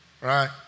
right